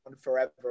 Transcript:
forever